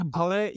ale